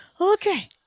Okay